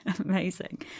Amazing